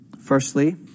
Firstly